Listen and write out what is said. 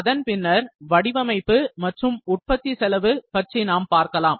அதன் பின்னர் வடிவமைப்பு மற்றும் உற்பத்தி செலவு பற்றி நாம் பார்க்கலாம்